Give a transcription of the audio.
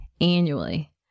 annually